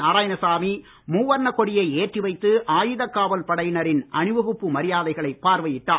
நாராயணசாமி மூவர்ண கொடியை ஏற்றி வைத்து ஆயுதக் காவல் படையினரின் அணிவகுப்பு மரியாதைகளை பார்வையிட்டார்